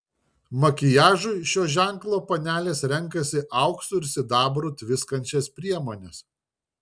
makiažui šio ženklo panelės renkasi auksu ir sidabru tviskančias priemones